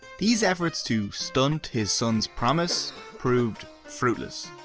these efforts to stunt his son's promise proved fruitless,